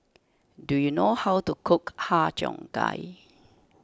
do you know how to cook Har Cheong Gai